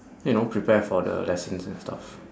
you know prepare for the lessons and stuff